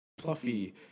fluffy